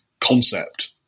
concept